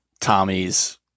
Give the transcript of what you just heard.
Tommy's